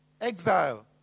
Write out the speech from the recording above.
exile